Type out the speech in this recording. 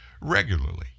regularly